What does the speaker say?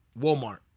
Walmart